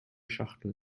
schachtel